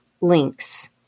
links